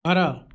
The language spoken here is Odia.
ଘର